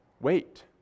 Wait